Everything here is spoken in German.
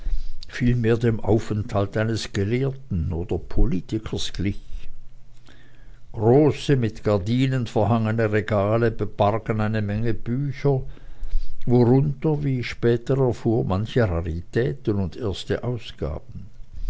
vielmehr dem aufenthalt eines gelehrten oder politikers glich große mit gardinen verhangene regale bargen eine menge bücher worunter wie ich später erfuhr manche raritäten und erste ausgaben